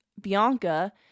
Bianca